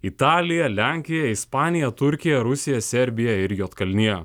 italija lenkija ispanija turkija rusija serbija ir juodkalnija